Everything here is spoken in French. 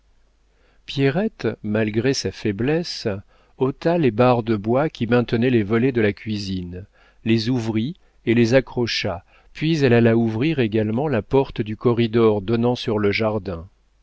pierrette malgré sa faiblesse ôta les barres de bois qui maintenaient les volets de la cuisine les ouvrit et les accrocha puis elle alla ouvrir également la porte du corridor donnant sur le jardin